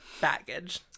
baggage